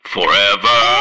Forever